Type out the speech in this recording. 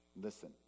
Listen